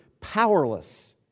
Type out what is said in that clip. powerless